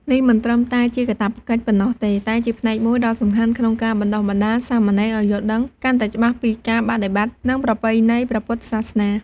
នេះមិនត្រឹមតែជាកាតព្វកិច្ចប៉ុណ្ណោះទេ តែជាផ្នែកមួយដ៏សំខាន់ក្នុងការបណ្ដុះបណ្ដាលសាមណេរឱ្យយល់ដឹងកាន់តែច្បាស់ពីការបដិបត្តិ និងប្រពៃណីព្រះពុទ្ធសាសនា។